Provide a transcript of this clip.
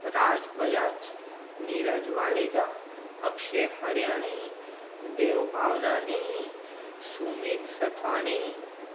Raj Bajaj Neeraj Waleja Akshay Hariyani Dev Bhavnani Sumit Sathwani